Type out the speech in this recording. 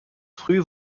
früh